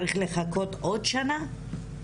צריך לחכות עוד שנה?